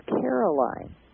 Caroline